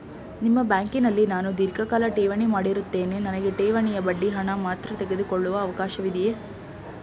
ನಿಮ್ಮ ಬ್ಯಾಂಕಿನಲ್ಲಿ ನಾನು ಧೀರ್ಘಕಾಲ ಠೇವಣಿ ಮಾಡಿರುತ್ತೇನೆ ನನಗೆ ಠೇವಣಿಯ ಬಡ್ಡಿ ಹಣ ಮಾತ್ರ ತೆಗೆದುಕೊಳ್ಳುವ ಅವಕಾಶವಿದೆಯೇ?